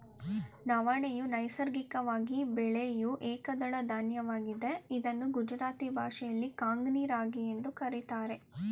ನವಣೆಯು ನೈಸರ್ಗಿಕವಾಗಿ ಬೆಳೆಯೂ ಏಕದಳ ಧಾನ್ಯವಾಗಿದೆ ಇದನ್ನು ಗುಜರಾತಿ ಭಾಷೆಯಲ್ಲಿ ಕಾಂಗ್ನಿ ರಾಗಿ ಎಂದು ಕರಿತಾರೆ